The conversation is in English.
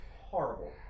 horrible